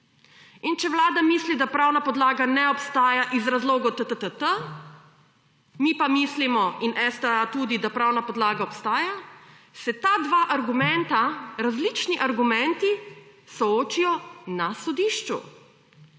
In če Vlada misli, da pravna podlaga ne obstaja iz razlogov »t, t, t, t…« ,mi pa mislimo in STA tudi, da pravna podlaga obstaja, se ta dva argumenta, različni argumenti, soočijo na sodišču